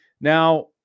Now